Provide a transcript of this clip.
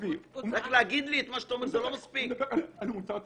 הוא מדבר על מוצר טבק.